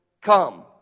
come